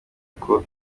uko